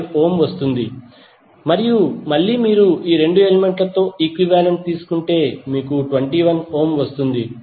5 ohm వస్తుంది మరియు మళ్ళీ మీరు ఈ 2 ఎలిమెంట్లతో ఈక్వివాలెంట్ తీసుకుంటే మీకు 21 ఓం వస్తుంది